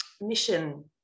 mission